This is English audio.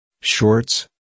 shorts